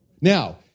Now